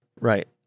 Right